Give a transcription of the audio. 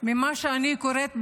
ממה שאני קוראת בתגובות.